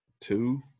Two